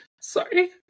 Sorry